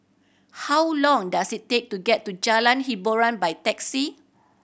how long does it take to get to Jalan Hiboran by taxi